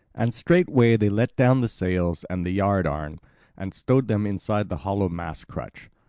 and straightway they let down the sails and the yard-arm and stowed them inside the hollow mast-crutch,